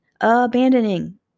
abandoning